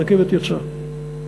הרכבת יצאה.